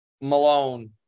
Malone